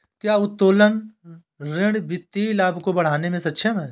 क्या उत्तोलन ऋण वित्तीय लाभ को बढ़ाने में सक्षम है?